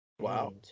Wow